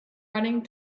running